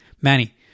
Manny